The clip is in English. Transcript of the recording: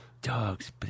dog's